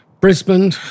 Brisbane